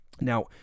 Now